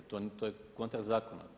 To je kontra zakona.